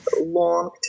long